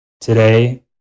today